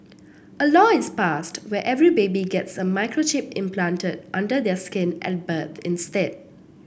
a law is passed where every baby gets a microchip implanted under their skin at birth instead